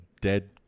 dead